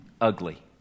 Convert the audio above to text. ugly